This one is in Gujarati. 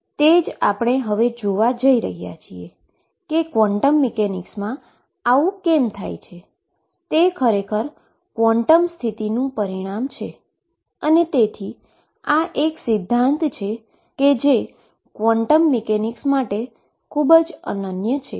અને તે જ આપણે જોવા જઈ રહ્યા છીએ કે તે ક્વોન્ટમ મિકેનિક્સમાં કેમ થાય છે તે ખરેખર ક્વોન્ટમની સ્થિતિનું પરિણામ છે અને તેથી આ એક સિદ્ધાંત છે જે ક્વોન્ટમ મિકેનિક્સ માટે ખૂબ જ અનન્ય છે